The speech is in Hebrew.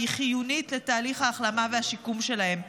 והיא חיונית לתהליך ההחלמה והשיקום שלהם.